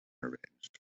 arranged